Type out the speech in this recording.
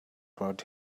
brought